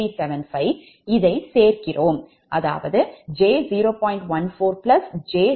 0375 நாங்கள் இதைச் சேர்க்கிறோம்j0